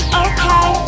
okay